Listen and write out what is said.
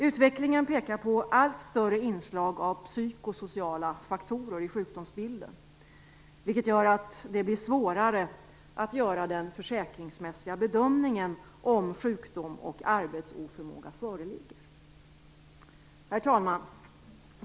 Utvecklingen pekar på allt större inslag av psykosociala faktorer i sjukdomsbilden, vilket gör det svårare att göra den försäkringsmässiga bedömningen om sjukdom och arbetsoförmåga föreligger. Herr talman!